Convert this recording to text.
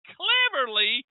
cleverly